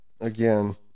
again